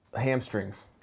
hamstrings